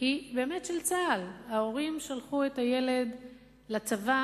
היא באמת של צה"ל: ההורים שלחו את הילד לצבא,